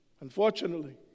Unfortunately